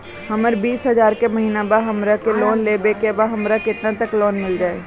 हमर बिस हजार के महिना बा हमरा के लोन लेबे के बा हमरा केतना तक लोन मिल जाई?